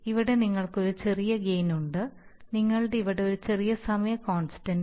ഇവിടെ നിങ്ങൾക്ക് ഒരു ചെറിയ ഗെയിൻ ഉണ്ട് നിങ്ങൾക്ക് ഇവിടെ ഒരു ചെറിയ സമയ കോൺസ്റ്റൻന്റ്